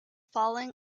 falling